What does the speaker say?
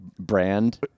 brand